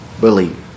Believe